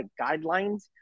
guidelines